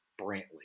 Brantley